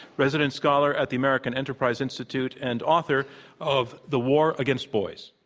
resident scholar at the american enterprise institute and author of the war against boys.